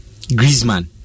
Griezmann